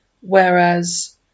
Whereas